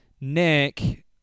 Nick